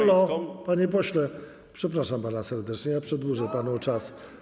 Halo, panie pośle, przepraszam pana serdecznie, ja przedłużę panu czas.